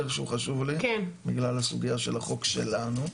שהוא חשוב לי בגלל הסוגיה של החוק שלנו,